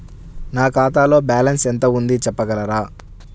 నా ఖాతాలో బ్యాలన్స్ ఎంత ఉంది చెప్పగలరా?